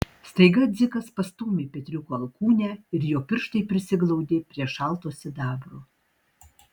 staiga dzikas pastūmė petriuko alkūnę ir jo pirštai prisiglaudė prie šalto sidabro